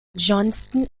johnston